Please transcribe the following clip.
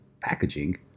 packaging